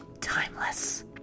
Timeless